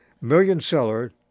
million-seller